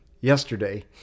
yesterday